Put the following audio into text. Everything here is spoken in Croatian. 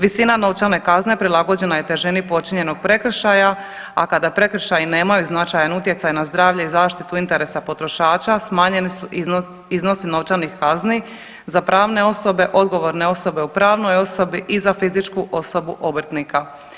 Visina novčane kazne prilagođena je težini počinjenog prekršaja, a kada prekršaji nemaju značajan utjecaj na zdravlje, zaštitu interesa potrošača smanjeni su iznosi novčanih kazni za pravne osobe, odgovorne osobe u pravnoj osobi i za fizičku osobu obrtnika.